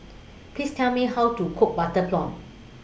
Please Tell Me How to Cook Butter Prawn